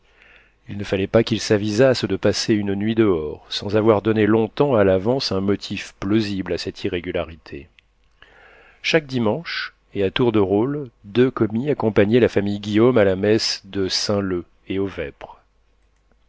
il ne fallait pas qu'ils s'avisassent de passer une nuit dehors sans avoir donné longtemps à l'avance un motif plausible à cette irrégularité chaque dimanche et à tour de rôle deux commis accompagnaient la famille guillaume à la messe de saint-leu et aux vêpres